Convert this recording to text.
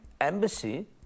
embassy